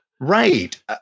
Right